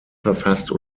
verfasst